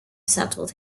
settled